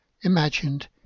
imagined